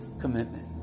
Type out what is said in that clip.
commitment